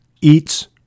Eats